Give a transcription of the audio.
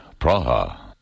Praha